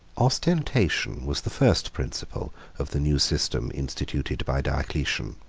ostentation was the first principle of the new system instituted by diocletian.